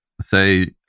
say